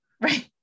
right